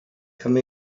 come